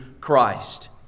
Christ